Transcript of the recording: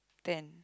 ten